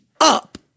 up